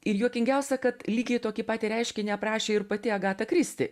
ir juokingiausia kad lygiai tokį patį reiškinį aprašė ir pati agata kristi